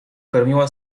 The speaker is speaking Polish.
karmiła